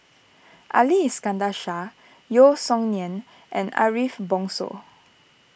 Ali Iskandar Shah Yeo Song Nian and Ariff Bongso